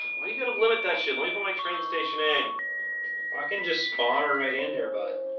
well you go to limit that shit'll you put my train station in i can just spawner right in there, but